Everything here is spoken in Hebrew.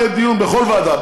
עדיין יהיה דיון בכל ועדה,